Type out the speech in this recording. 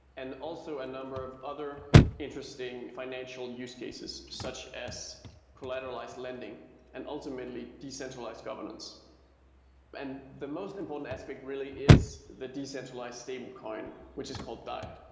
and also a number of other interesting financial use cases, such as collateralized lending and ultimately, decentralized governance and the most important aspect really is the decentralized stablecoin, which is called dai,